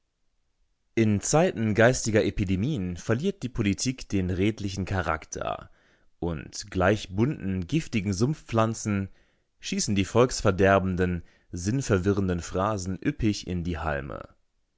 in zeiten geistiger epidemien verliert die politik den redlichen charakter und gleich bunten giftigen sumpfpflanzen schießen die volksverderbenden sinnverwirrenden phrasen üppig in die halme